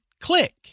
click